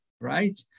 right